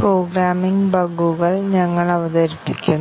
coverage ടെക്നിക്കുകൾ ഓർമ്മയുണ്ടെന്ന് ഞാൻ പ്രതീക്ഷിക്കുന്നു